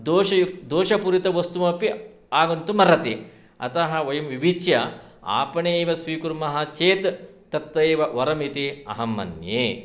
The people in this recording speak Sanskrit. दोषयुक्तं दोषपूरितवस्तुमपि आगन्तुमर्हति अतः वयं विविच्य आपणे एव स्वीकुर्मः चेत् तत् एव वरम् इति अहं मन्ये